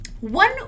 One